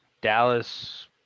Dallas